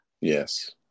Yes